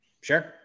Sure